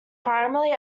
primarily